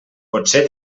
potser